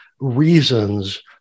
reasons